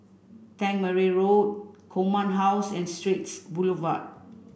Tangmere Road Command House and Straits Boulevard